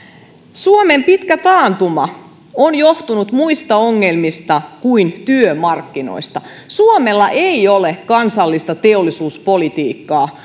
suomen pitkä taantuma on johtunut muista ongelmista kuin työmarkkinoista suomella ei ole kansallista teollisuuspolitiikkaa